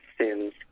sins